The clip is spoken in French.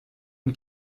une